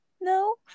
No